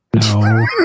No